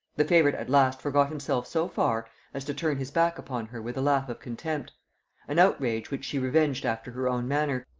the favorite at last forgot himself so far as to turn his back upon her with a laugh of contempt an outrage which she revenged after her own manner,